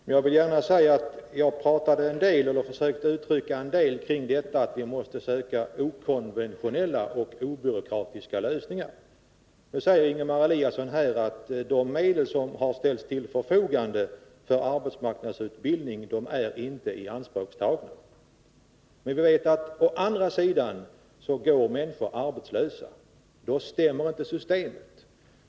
Fru talman! Arbetsmarknadsministern säger att medel finns anslagna, men frågan är inte löst bara med den formuleringen. Jag vill gärna säga att jag försökte uttrycka en del tankegångar kring detta att vi måste söka okonventionella och obyråkratiska lösningar. Då säger Ingemar Eliasson att de medel som har ställts till förfogande för arbetsmarknadsutbildning inte är ianspråktagna. Men vi vet att människor går arbetslösa. Då stämmer inte systemet.